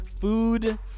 food